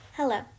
Hello